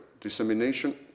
dissemination